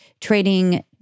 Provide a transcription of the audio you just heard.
trading